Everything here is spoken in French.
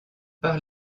par